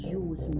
use